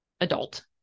adult